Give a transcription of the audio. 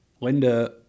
Linda